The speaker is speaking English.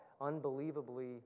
unbelievably